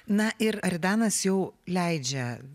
na ir aridanas jau leidžia